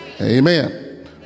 Amen